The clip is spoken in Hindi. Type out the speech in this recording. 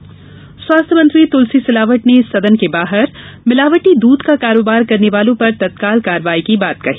मिलावटी दूध स्वास्थ्य मंत्री तुलसी सिलावट ने सदन के बाहर मिलावटी दूध का कारोबार करने वालों पर तत्काल कार्रवाई की बात कही